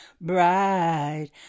bright